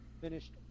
finished